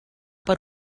per